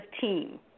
team